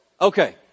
Okay